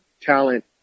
talent